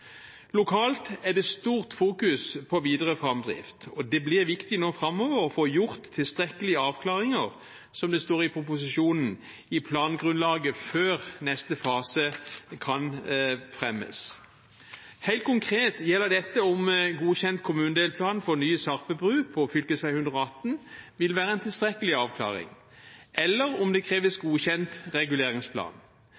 Lokalt er det stort fokus på videre framdrift, og det blir viktig nå framover å få gjort tilstrekkelige avklaringer, som det står i proposisjonen, i plangrunnlaget før neste fase kan fremmes. Helt konkret gjelder dette om godkjent kommunedelplan for ny Sarpebru på fv. 118 vil være en tilstrekkelig avklaring, eller om det kreves godkjent reguleringsplan.